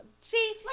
see